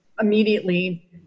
immediately